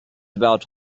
about